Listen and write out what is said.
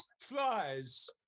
Flies